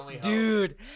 Dude